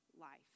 life